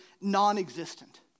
non-existent